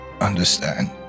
understand